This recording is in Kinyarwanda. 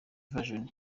vision